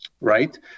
Right